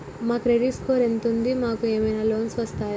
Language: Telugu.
మా క్రెడిట్ స్కోర్ ఎంత ఉంది? మాకు ఏమైనా లోన్స్ వస్తయా?